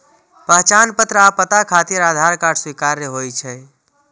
पहचान पत्र आ पता खातिर आधार कार्ड स्वीकार्य होइ छै